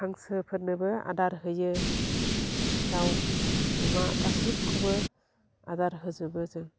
हांसोफोरनोबो आदार होयो दाव अमा गासिबखौबो आदार होजोबो जों